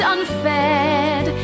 Unfed